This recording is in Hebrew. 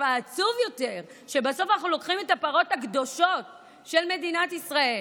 העצוב יותר הוא שבסוף אנחנו לוקחים את הפרות הקדושות של מדינת ישראל,